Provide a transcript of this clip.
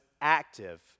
active